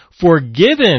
forgiven